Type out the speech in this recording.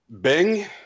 Bing